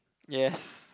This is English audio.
yes